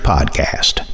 Podcast